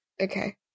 Okay